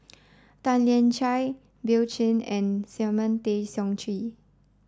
Tan Lian Chye Bill Chen and Simon Tay Seong Chee